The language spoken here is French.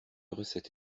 recettes